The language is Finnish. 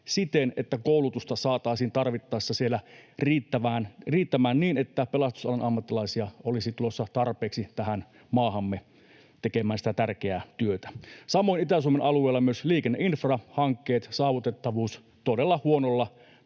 siten, että koulutusta saataisiin tarvittaessa siellä riittämään niin, että pelastusalan ammattilaisia olisi tulossa tarpeeksi tähän maahamme tekemään sitä tärkeää työtä. Samoin Itä-Suomen alueella myös liikenneinfrahankkeet ja saavutettavuus todella huonolla